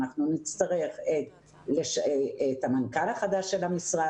אנחנו נצטרך את המנכ"ל החדש של המשרד החדש,